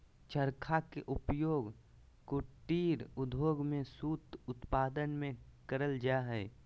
चरखा के उपयोग कुटीर उद्योग में सूत उत्पादन में करल जा हई